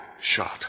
Shot